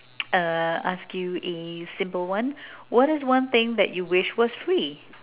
uh ask you a simple one what is one thing that you wish was free